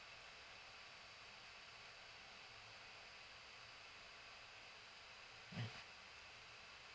mm